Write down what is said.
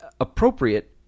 appropriate